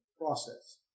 process